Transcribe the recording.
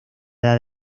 edad